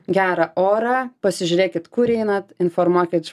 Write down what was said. gerą orą pasižiūrėkit kur einat informuokič